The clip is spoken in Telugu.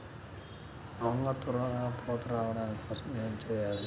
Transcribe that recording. వంగ త్వరగా పూత రావడం కోసం ఏమి చెయ్యాలి?